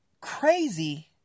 crazy